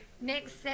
next